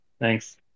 Thanks